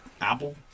apple